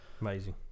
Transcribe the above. Amazing